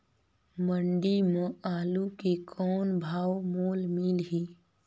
मंडी म आलू के कौन भाव मोल मिलही?